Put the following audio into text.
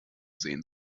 sehen